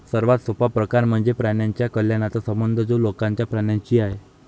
सर्वात सोपा प्रकार म्हणजे प्राण्यांच्या कल्याणाचा संबंध जो लोकांचा प्राण्यांशी आहे